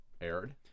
aired